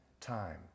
time